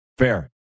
fair